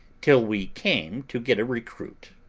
till we came to get a recruit